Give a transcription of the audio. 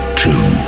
two